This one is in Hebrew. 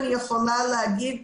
אני יכולה להגיד,